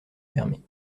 fermée